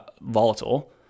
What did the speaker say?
volatile